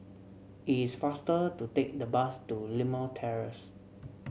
it is faster to take the bus to Limau Terrace